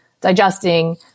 digesting